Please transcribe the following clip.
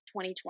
2020